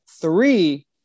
three